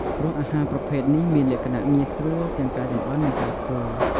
ព្រោះអាហារប្រភេទនេះមានលក្ខណៈងាយស្រួលទាំងការចម្អិននិងការធ្វើ។